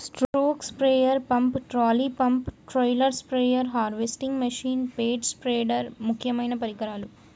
stroke sprayer pump, trolley pump, trailer spare, harvesting machine, పేడ spider ముక్యమైన పరికరాలు